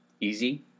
easy